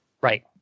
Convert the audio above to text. right